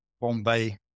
Bombay